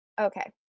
Okay